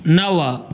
नव